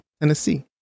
Tennessee